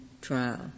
Trial